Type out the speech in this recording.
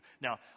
Now